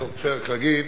צריך להגיד